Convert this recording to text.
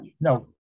No